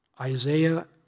Isaiah